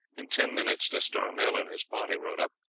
in ten minutes d'estournel and his party rode up.